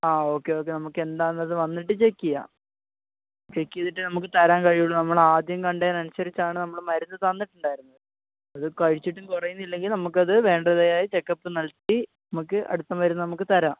അ okay okay നമുക്ക് എന്താന്ന് വന്നിട്ട് ചെക്ക് ചെയ്യാം ചെക്ക് ചെയ്തിട്ട് നമുക്ക് തരാൻ കഴിവുള്ള നമ്മൾ ആദ്യം കണ്ടത് അനുസരിച്ചാണ് നമ്മൾ മരുന്ന് തന്നിട്ടുണ്ടായിരുന്നത് അത് കഴിച്ചിട്ടും കുറയുന്നില്ലെങ്കിൽ നമുക്കത് വേണ്ടതായ ചെക്കപ്പ് നൽകി നമുക്ക് അടുത്ത മരുന്ന് നമുക്ക് തരാം